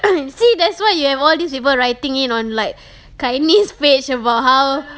see that's why you have all these people writing in on like chinese page about how